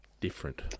different